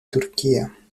turquía